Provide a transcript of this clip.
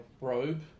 robe